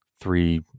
three